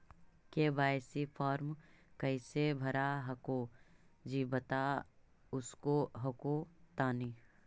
KYC फॉर्मा कैसे भरा हको जी बता उसको हको तानी?